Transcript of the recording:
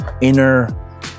inner